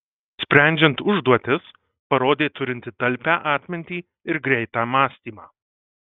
sprendžiant užduotis parodė turinti talpią atmintį ir greitą mąstymą